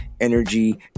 energy